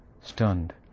stunned